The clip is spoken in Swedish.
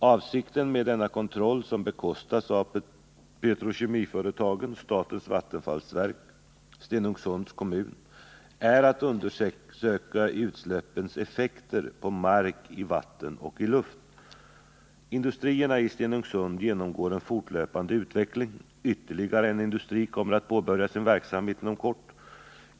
Avsikten med denna kontroll, som bekostas av petrokemiföretagen, statens vattenfallsverk och Stenungsunds kommun, är att undersöka utsläppens effekter på mark, i vatten och i luft. Industrierna i Stenungsund genomgår en fortlöpande utveckling. Ytterligare en industri kommer att påbörja sin verksamhet inom kort.